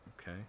Okay